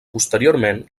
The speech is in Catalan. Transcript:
posteriorment